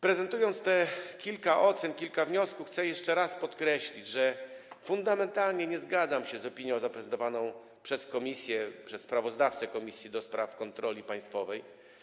Prezentując te kilka ocen, kilka wniosków, chcę jeszcze raz podkreślić, że fundamentalnie nie zgadzam się z opinią zaprezentowaną przez komisję, przez sprawozdawcę Komisji do Spraw Kontroli Państwowej.